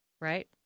Right